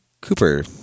Cooper